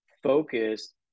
focused